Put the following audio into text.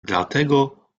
dlatego